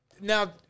Now